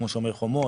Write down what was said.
כמו שומר החומות,